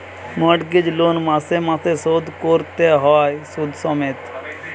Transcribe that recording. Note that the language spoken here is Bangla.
মর্টগেজ লোন মাসে মাসে শোধ কোরতে হয় শুধ সমেত